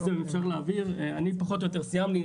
זהו, אני פחות או יותר סיימתי.